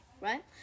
right